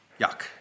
yuck